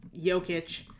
Jokic